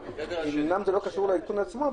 אמנם זה לא קשור לאיכון עצמו,